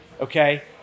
okay